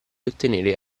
ottenere